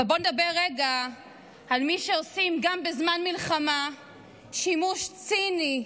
אבל בואו נדבר רגע על מי שעושים גם בזמן מלחמה שימוש ציני,